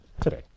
today